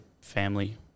family